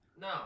No